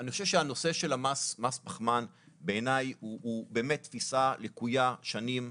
שהנושא של מס פחמן הוא באמת תפיסה לקויה במשך שנים.